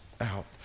out